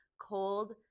cold